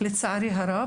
לצערי הרב,